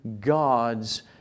God's